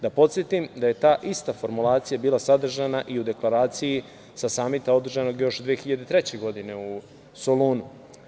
Da podsetim da je ta ista formulacija bila sadržana i u Deklaraciji sa samita održanog još 2003. godine u Solunu.